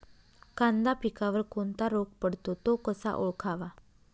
कांदा पिकावर कोणता रोग पडतो? तो कसा ओळखावा?